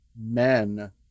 men